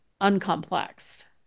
uncomplex